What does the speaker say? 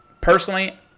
personally